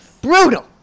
Brutal